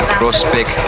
Prospect